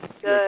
good